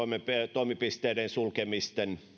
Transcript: toimipisteiden sulkemisten